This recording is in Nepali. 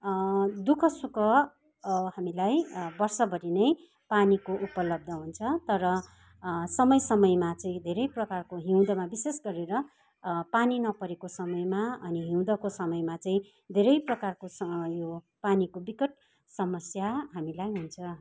दुःख सुख हामीलाई वर्षभरि नै पानीको उपलब्ध हुन्छ तर समय समयमा चाहिँ धेरै प्रकारको हिउँदमा विशेष गरेर पानी नपरेको समयमा अनि हिउँदको समयमा चाहिँ धेरै प्रकारको यो पानीको बिकट समस्या हामीलाई हुन्छ